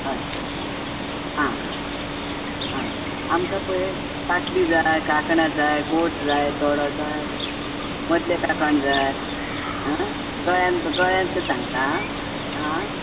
हय आं आं आमकां पळय पाटली जाय काकणां जाय गोठ जाय तोडो जाय मदले कांकण जाय गळ्यान गळ्यांतलें सांगतां आं आं